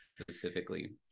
specifically